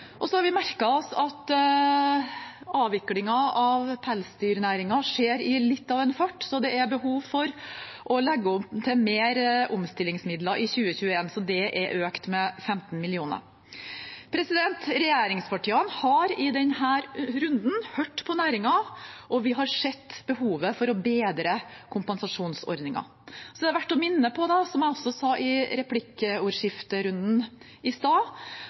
har også merket oss at avviklingen av pelsdyrnæringen skjer i litt av en fart, så det er behov for å legge opp til mer omstillingsmidler i 2021. Så det er økt med 15 mill. kr. Regjeringspartiene har i denne runden hørt på næringen, og vi har sett behovet for å bedre kompensasjonsordningen. Det er da verdt å minne om, som jeg også sa i replikkordskiftet i stad,